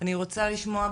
אני רוצה לשמוע,